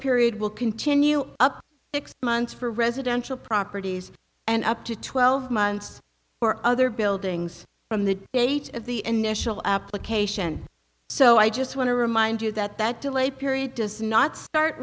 period will continue up experience for residential properties and up to twelve months for other buildings from the date of the initial application so i just want to remind you that that delay period does not start